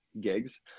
gigs